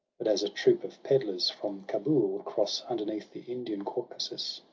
but as a troop of pedlars, from cabool, cross underneath the indian caucasus,